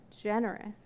generous